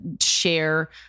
share